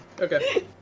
Okay